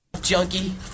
Junkie